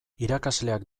irakasleak